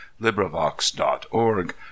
LibriVox.org